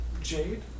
Jade